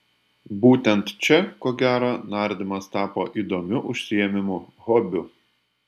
būtent čia ko gero nardymas tapo įdomiu užsiėmimu hobiu